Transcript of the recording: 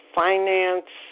finance